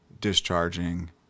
discharging